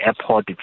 airport